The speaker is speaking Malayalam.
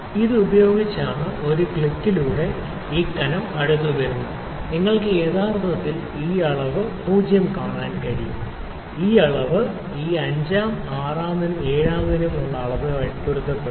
ഇത് ഉപയോഗിച്ചാണ് ഞാൻ ഒരു ക്ലിക്കിലൂടെ നട്ട് ലോക്കുചെയ്യുന്നതിലൂടെ ഈ കനം അടുത്ത് വരുന്നു നിങ്ങൾക്ക് യഥാർത്ഥത്തിൽ ഈ അളവ് 0 കാണാൻ കഴിയും ആദ്യ അളവ് ഈ 5 ആം ആറാം 7 ന് ശേഷം ഈ ആദ്യ അളവ് പൊരുത്തപ്പെടുന്നു